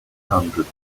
hundred